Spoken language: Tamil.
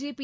ஜேபி